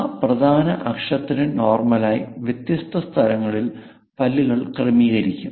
ആ പ്രധാന അക്ഷത്തിന് നോർമലായി വ്യത്യസ്ത സ്ഥലങ്ങളിൽ പല്ലുകൾ ക്രമീകരിക്കും